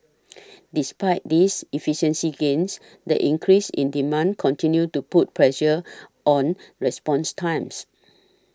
despite these efficiency gains the increases in demand continue to put pressure on response times